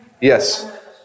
Yes